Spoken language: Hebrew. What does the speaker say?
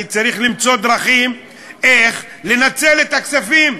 אני צריך למצוא דרכים איך לנצל את הכספים,